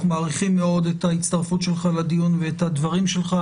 אנחנו מעריכים מאוד את ההצטרפות שלך לדיון ואת הדברים שלך,